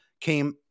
came